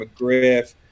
McGriff